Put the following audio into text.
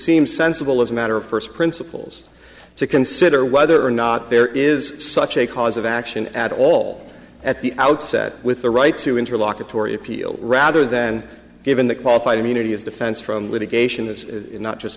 seem sensible as a matter of first principles to consider whether or not there is such a cause of action at all at the outset with the right to interlocutory appeal rather than given the qualified immunity of defense from litigation is not just